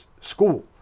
school